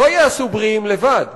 לא ייעשו בריאים לבד.